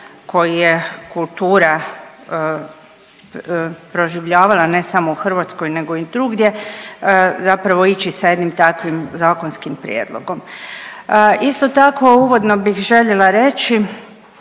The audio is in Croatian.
koji je kultura proživljavala ne samo u Hrvatskoj nego i drugdje zapravo ići sa jednim takvim zakonskim prijedlogom. Isto tako, uvodno bih željela reći